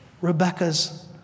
Rebecca's